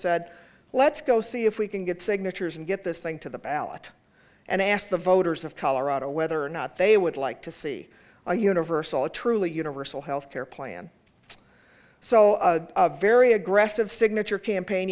said let's go see if we can get signatures and get this thing to the ballot and ask the voters of colorado whether or not they would like to see a universal a truly universal health care plan so very aggressive signature campaign